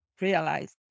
realize